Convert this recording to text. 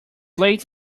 late